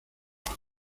agua